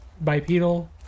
bipedal